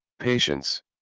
Patience